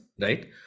right